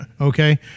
Okay